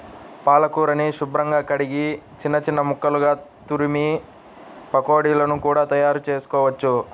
పాలకూరని శుభ్రంగా కడిగి చిన్న చిన్న ముక్కలుగా తురిమి పకోడీలను కూడా తయారుచేసుకోవచ్చు